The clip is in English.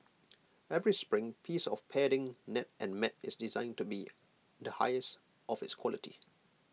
every spring piece of padding net and mat is designed to be the highest of its quality